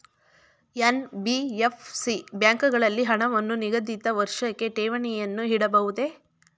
NBFC ಬ್ಯಾಂಕುಗಳಲ್ಲಿ ಹಣವನ್ನು ನಿಗದಿತ ವರ್ಷಕ್ಕೆ ಠೇವಣಿಯನ್ನು ಇಡಬಹುದೇ?